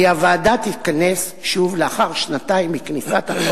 כי הוועדה תתכנס שוב שנתיים מכניסת החוק